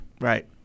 Right